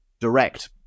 direct